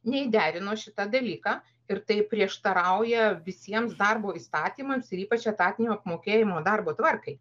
nei derino šitą dalyką ir tai prieštarauja visiems darbo įstatymams ir ypač etatinio apmokėjimo darbo tvarkai